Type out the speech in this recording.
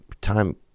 Time